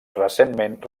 recentment